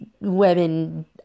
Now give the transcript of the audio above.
women